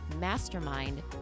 mastermind